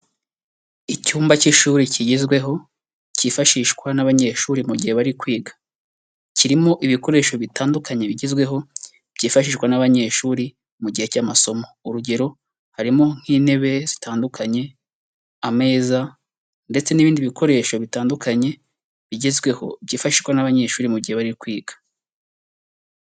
Icyumba cy'ishuri kigezweho, cyifashishwa n'abanyeshuri mu gihe bari kwiga. Kirimo ibikoresho bitandukanye bigezweho, byifashishwa n'abanyeshuri mu gihe cy'amasomo. Urugero: harimo nk'intebe zitandukanye, ameza ndetse n'ibindi bikoresho bitandukanye bigezweho, byifashishwa n'abanyeshuri mu gihe bari kwiga.